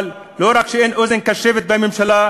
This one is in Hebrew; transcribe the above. אבל לא רק שאין אוזן קשבת בממשלה,